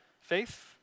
faith